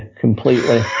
completely